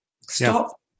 stop